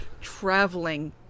traveling